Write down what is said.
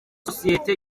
sosiyete